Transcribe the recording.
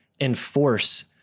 enforce